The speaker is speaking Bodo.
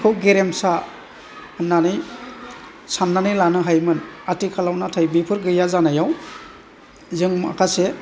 खौ गेरेमसा होननानै साननानै लानो हायोमोन आथिखालाव नाथाय बिफोर गैया जानायाव जों माखासे